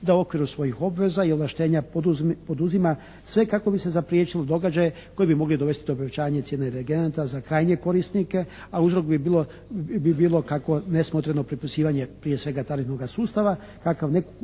da u okviru svojih obveza i ovlaštenja poduzima sve kako bi se zapriječilo događaje koji bi mogli dovesti do povećanja cijena energenata za krajnje korisnike, a uzrok bi bilo kako nesmotreno pripisivanje prije svega tarifnoga sustava kakav